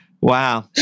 Wow